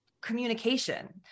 communication